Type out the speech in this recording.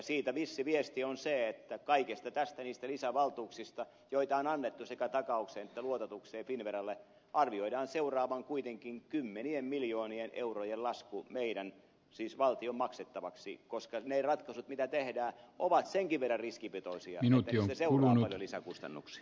siitä vissi viesti on se että kaikesta tästä niistä lisävaltuuksista joita on annettu sekä takaukseen että luototukseen finnveralle arvioidaan seuraavan kuitenkin kymmenien miljoonien eurojen lasku meidän siis valtion maksettavaksi koska ne ratkaisut mitä tehdään ovat senkin verran riskipitoisia että siitä seuraa paljon lisäkustannuksia